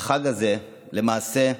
החג הזה, למעשה,